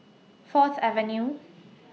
Fourth Avenue